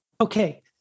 Okay